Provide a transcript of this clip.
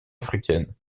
africaine